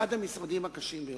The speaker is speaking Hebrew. אחד המשרדים הקשים ביותר.